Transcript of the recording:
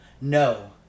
No